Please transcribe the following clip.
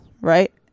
right